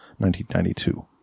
1992